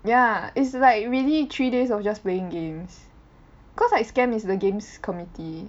ya is like really three days of just playing games cause like SCAMP is the games committee